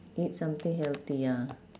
eat something healthy ya